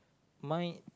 my